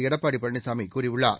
எடப்பாடி பழனிசாமி கூறியுள்ளார்